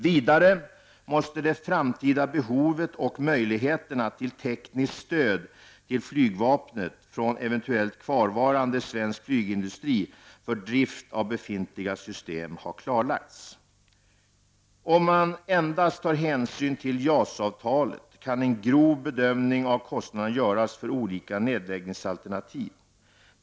Vidare måste det framtida behovet av och möjligheterna till tekniskt stöd till flygvapnet från eventuellt kvarvarande svensk flygindustri för drift av befintliga system ha klarlagts. Om man endast tar hänsyn till JAS-avtalet kan en grov bedömning av kostnaderna göras för olika nedläggningsalternativ.